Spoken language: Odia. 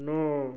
ନଅ